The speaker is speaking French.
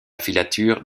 filature